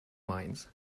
minds